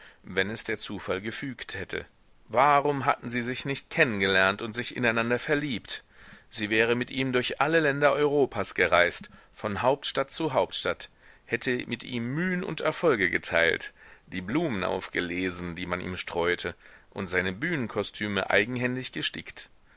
wenn es der zufall gefügt hätte warum hatten sie sich nicht kennen gelernt und sich ineinander verliebt sie wäre mit ihm durch alle länder europas gereist von hauptstadt zu hauptstadt hätte mit ihm mühen und erfolge geteilt die blumen aufgelesen die man ihm streute und seine bühnenkostüme eigenhändig gestickt